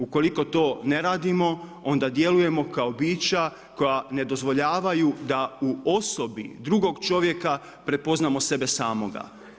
Ukoliko to ne radimo onda djelujemo kao bića koja ne dozvoljavaju da u osobi drugog čovjeka prepoznamo sebe samoga.